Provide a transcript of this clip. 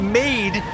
made